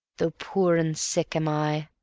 though poor and sick am i.